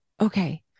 okay